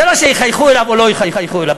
זה לא שיחייכו אליו או לא יחייכו אליו.